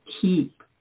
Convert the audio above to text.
keep